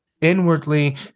inwardly